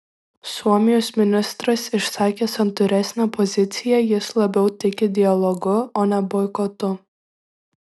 suomijos ministras išsakė santūresnę poziciją jis labiau tiki dialogu o ne boikotu